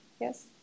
yes